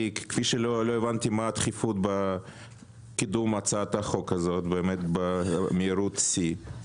לא הבנתי מה הדחיפות בקידום הצעת החוק הזאת שנדונה במהירות שיא.